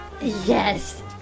Yes